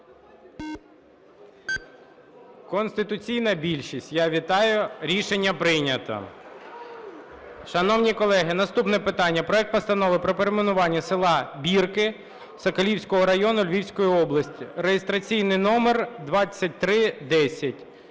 Конституційна більшість. Я вітаю. Рішення прийнято. Шановні колеги, наступне питання: проект Постанови про перейменування села Бірки Сокальського району Львівської області (реєстраційний номер 2310).